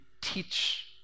teach